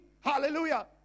hallelujah